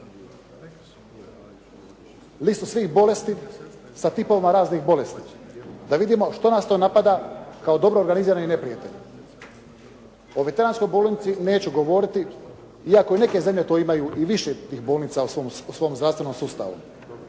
listu svih bolesti sa tipovima raznih bolesti, da vidimo što nas to napada kao dobro organizirani neprijatelj. O veteranskoj bolnici neću govoriti, iako neke zemlje imaju i više tih bolnica u svom zdravstvenom sustavu.